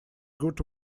good